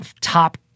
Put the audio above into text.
top